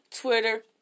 Twitter